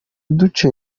duce